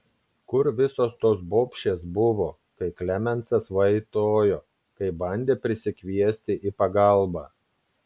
kur visos tos bobšės buvo kai klemensas vaitojo kai bandė prisikviesti į pagalbą